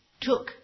took